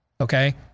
Okay